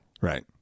Right